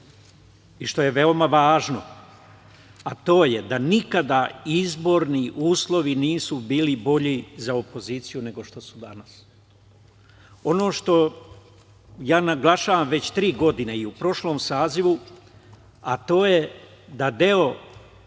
i što je veoma važno, a to je da nikada izborni uslovi nisu bili bolji za opoziciju nego što su danas. Ono što ja naglašavam već tri godine, i u prošlom sazivu, a to je da deo